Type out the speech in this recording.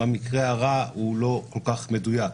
במקרה הרע הוא לא כל כך מדויק.